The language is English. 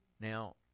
Now